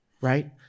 right